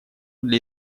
для